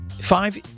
Five